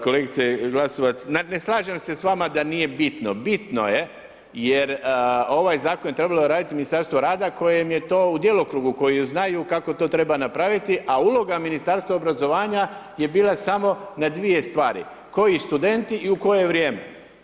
Kolegice Glasovac ne slažem se s vama da nije bitno, bitno je jer ovaj zakon je trebalo raditi u Ministarstvu rada kojem je to u djelokrugu, koji znaju kako to treba napraviti, a uloga Ministarstva obrazovanja je bila samo na dvije stvari, koji studenti i u koje vrijeme.